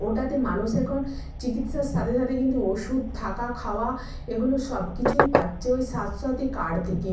ওটাতে মানুষ এখন চিকিৎসার সাথে সাথে কিন্তু ওষুধ থাকা খাওয়া এগুলো সব কিছুই পাচ্ছে ওই স্বাস্থ্যসাথী কার্ড থেকে